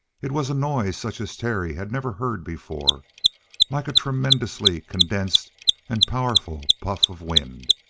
it was a noise such as terry had never heard before like a tremendously condensed and powerful puff of wind.